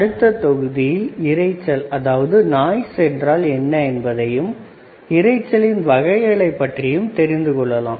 அடுத்த தொகுதியில் இரைச்சல் என்றால் என்ன என்பதையும் இரைச்சலின் வகைகளைப் பற்றியும் தெரிந்து கொள்ளலாம்